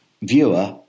viewer